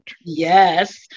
yes